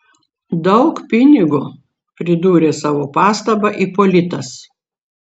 daug pinigo pridūrė savo pastabą ipolitas